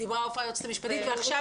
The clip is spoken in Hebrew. אז תני לנו את המספר הנכון,